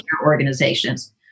organizations